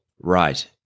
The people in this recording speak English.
Right